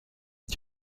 ich